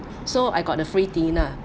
so I got a free dinner